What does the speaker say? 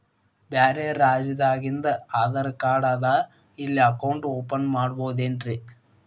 ಬ್ಯಾರೆ ರಾಜ್ಯಾದಾಗಿಂದು ಆಧಾರ್ ಕಾರ್ಡ್ ಅದಾ ಇಲ್ಲಿ ಅಕೌಂಟ್ ಓಪನ್ ಮಾಡಬೋದೇನ್ರಿ?